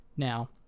Now